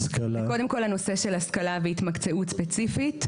קודם כל הנושא של השכלה והתמקצעות ספציפית.